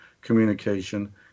communication